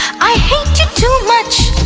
i hate you too much